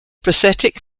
prosthetic